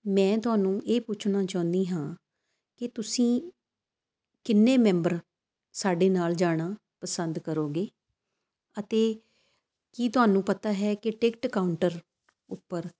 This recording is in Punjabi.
ਮੈਂ ਤੁਹਾਨੂੰ ਇਹ ਪੁੱਛਣਾ ਚਾਹੁੰਦੀ ਹਾਂ ਕਿ ਤੁਸੀਂ ਕਿੰਨੇ ਮੈਂਬਰ ਸਾਡੇ ਨਾਲ ਜਾਣਾ ਪਸੰਦ ਕਰੋਗੇ ਅਤੇ ਕੀ ਤੁਹਾਨੂੰ ਪਤਾ ਹੈ ਕਿ ਟਿਕਟ ਕਾਊਂਟਰ ਉੱਪਰ